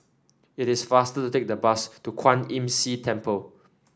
it is faster to take the bus to Kwan Imm See Temple